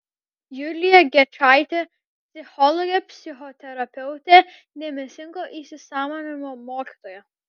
julija gečaitė psichologė psichoterapeutė dėmesingo įsisąmoninimo mokytoja